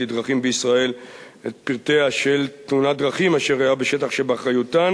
לדרכים בישראל את פרטיה של תאונת דרכים אשר אירעה בשטח שבאחריותן,